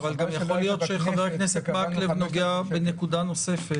אבל גם יכול להיות שחבר הכנסת מקלב נוגע בנקודה נוספת.